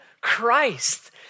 Christ